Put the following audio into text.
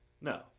No